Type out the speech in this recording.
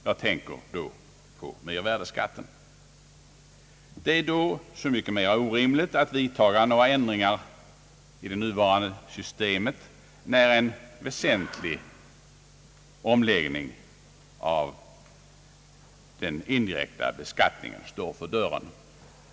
Jag tänker då på mervärdeskatten, Det är så mycket mera orimligt att vidtaga några ändringar i nuvarande system, eftersom en väsentlig omläggning av den indirekta beskattningen står för dörren.